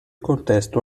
contesto